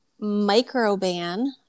Microban